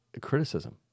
criticism